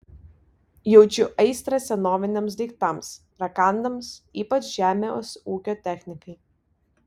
jaučiu aistrą senoviniams daiktams rakandams ypač žemės ūkio technikai